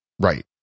right